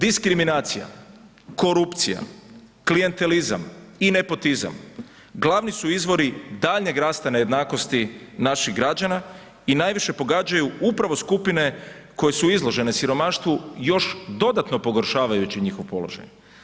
Diskriminacija, korupcija, klijantelizam i nepotizam glavni su izvori daljnjeg rasta nejednakosti naših građana i najviše pogađaju upravo skupine koje su izložene siromaštvu još dodatno pogoršavajući njihov položaj.